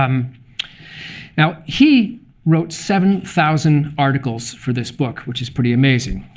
um now, he wrote seven thousand articles for this book, which is pretty amazing,